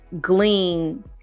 glean